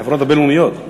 בחברות הבין-לאומיות.